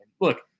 Look